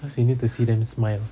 cause we need to see them smile